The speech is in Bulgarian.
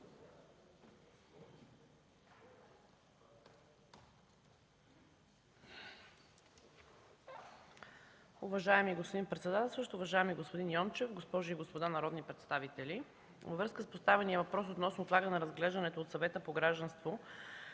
връзка с поставения въпрос относно отлагане на разглеждането от Съвета по гражданството